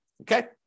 Okay